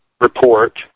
report